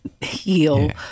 heal